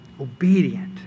Obedient